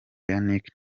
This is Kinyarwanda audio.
yannick